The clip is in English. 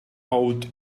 out